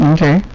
Okay